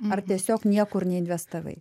ar tiesiog niekur neinvestavai